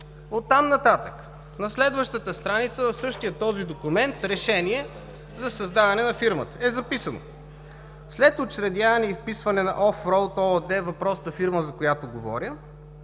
Оттам нататък на следващата страница в същия този документ в решение за създаване на фирмата е записано: След учредяване и вписване на „Офроуд“ ООД – въпросната фирма, за която говоря